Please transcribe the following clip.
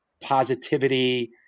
positivity